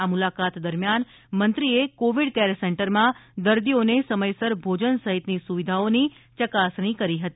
આ મુલાકાત દરમિયાન મંત્રીએ કોવિડ કેર સેન્ટરમાં દર્દીઓને સમયસર ભોજન સહિતની સુવિધાઓની ચકાસણી કરી હતી